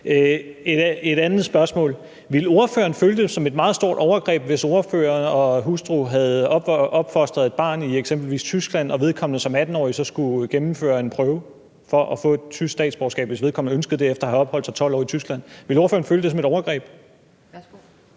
Et andet spørgsmål er: Ville ordføreren føle det som et meget stort overgreb, hvis ordføreren og hustru havde opfostret et barn i eksempelvis Tyskland og vedkommende som 18-årig så skulle gennemføre en prøve for at få et tysk statsborgerskab, hvis vedkommende ønskede det efter at have opholdt sig i 12 år i Tyskland? Ville ordføreren føle det som et overgreb?